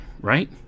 right